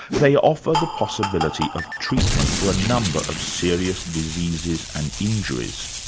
they offer the possibility of treatment for a number of serious diseases and injuries,